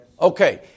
Okay